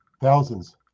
thousands